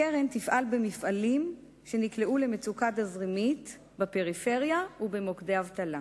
הקרן תפעל במפעלים שנקלעו למצוקה תזרימית בפריפריה ובמוקדי אבטלה.